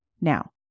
Now